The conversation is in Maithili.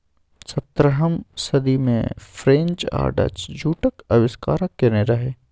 सतरहम सदी मे फ्रेंच आ डच जुटक आविष्कार केने रहय